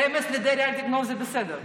רמז לדרעי "לא תגנוב" זה בסדר.